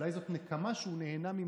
אולי זאת נקמה שהוא נהנה ממנה.